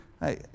Hey